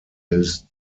his